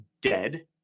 dead